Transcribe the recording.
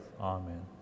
amen